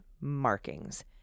markings